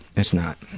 it's not.